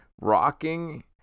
rocking